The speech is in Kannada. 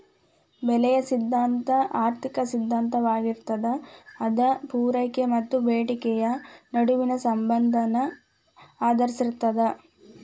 ಬೆಲೆಯ ಸಿದ್ಧಾಂತ ಆರ್ಥಿಕ ಸಿದ್ಧಾಂತವಾಗಿರತ್ತ ಅದ ಪೂರೈಕೆ ಮತ್ತ ಬೇಡಿಕೆಯ ನಡುವಿನ ಸಂಬಂಧನ ಆಧರಿಸಿರ್ತದ